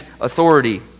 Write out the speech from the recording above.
authority